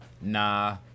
nah